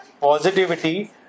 positivity